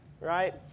right